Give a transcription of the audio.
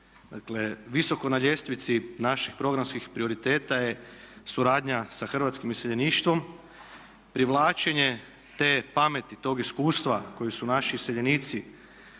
visoko na ljestvici naših programskih prioriteta je suradnja sa hrvatskim iseljeništvom. Privlačenje te pameti, tog iskustva koje su naši iseljenici